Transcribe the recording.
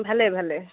ভালে ভালে